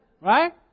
Right